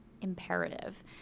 imperative